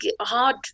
hard